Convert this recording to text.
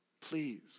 please